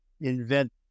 invent